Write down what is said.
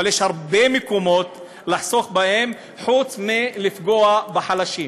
אבל יש הרבה מקומות לחסוך בהם חוץ מלפגוע בחלשים.